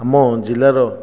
ଆମ ଜିଲ୍ଲାର